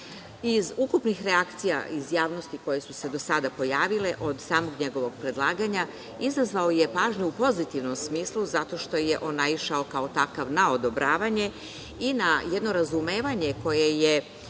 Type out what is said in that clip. Iz ukupnih reakcija iz javnosti koje su se do sada pojavile od samog njegovog predlaganja izazvao je pažnju u pozitivnom smislu zato što je naišao kao takav na odobravanje i na jedno razumevanje koje je